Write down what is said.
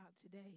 today